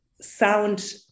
sound